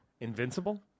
Invincible